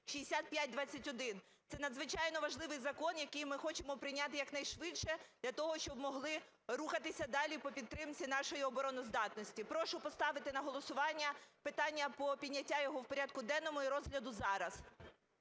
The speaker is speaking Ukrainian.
(6521). Це надзвичайно важливий закон, який ми хочемо прийняти як найшвидше для того, щоб могли рухатися далі по підтримці нашої обороноздатності. Прошу поставити на голосування питання про підняття його у порядку денному і розгляду зараз.